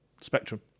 spectrum